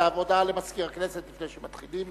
עכשיו הודעה למזכיר הכנסת, לפני שמתחילים.